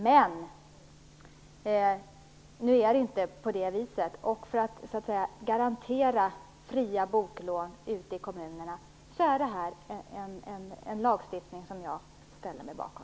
Men nu är det inte så. För att garantera fria boklån ute i kommunerna är det här en lagstiftning som jag ställer mig bakom.